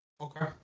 Okay